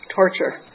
torture